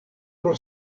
pro